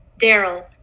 Daryl